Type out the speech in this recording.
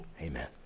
Amen